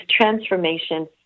transformation